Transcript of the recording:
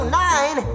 nine